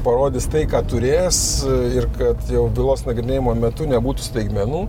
parodys tai ką turės ir kad jau bylos nagrinėjimo metu nebūtų staigmenų